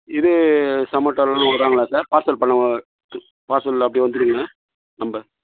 இது ஸொமேட்டோல்லாம் வருவாங்களா சார் பார்சல் பண்ண பார்சலில் அப்படியே வந்துருங்களா நம்ப